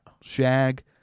Shag